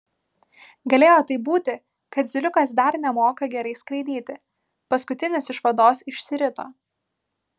galėjo taip būti kad zyliukas dar nemoka gerai skraidyti paskutinis iš vados išsirito